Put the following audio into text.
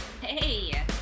Hey